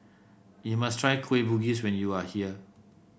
you must try Kueh Bugis when you are here